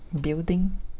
building